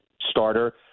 starter